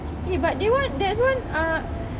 eh but that [one] ah